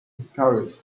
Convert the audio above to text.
discouraged